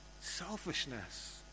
selfishness